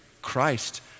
Christ